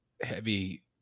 heavy